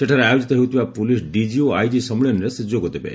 ସେଠାରେ ଆୟୋଜିତ ହେଉଥିବା ପ୍ରଲିସ୍ ଡିକି ଓ ଆଇଜି ସମ୍ମିଳନୀରେ ସେ ଯୋଗ ଦେବେ